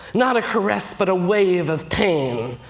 not a caress, but a wave of pain.